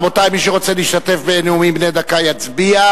רבותי, מי שרוצה להשתתף בנאומים בני דקה יצביע.